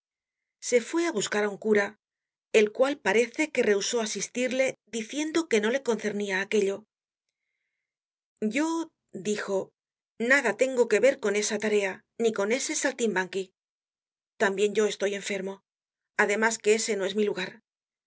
se fué á buscar íi un cura el cual parece que rehusó asistirle diciendo que no le concernia aquello yo dijo nada tengo que ver con esa tarea ni con ese saltimbanqui tambien yo estoy enfermo además que ese no es mi lugar